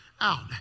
out